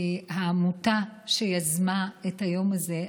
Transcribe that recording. העמותה שיזמה את היום הזה,